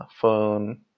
phone